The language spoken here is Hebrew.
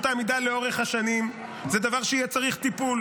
העמידה לאורך השנים זה דבר שיהיה צריך טיפול.